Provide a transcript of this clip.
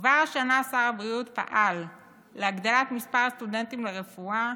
כבר השנה שר הבריאות פעל להגדלת מספר הסטודנטים לרפואה,